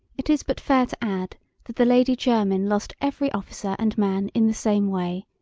it is but fair to add that the lady jermyn lost every officer and man in the same way,